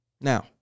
Now